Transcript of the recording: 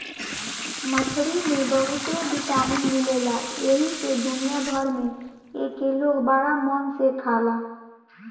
मछरी में बहुते विटामिन मिलेला एही से दुनिया भर में एके लोग बड़ा मन से खाला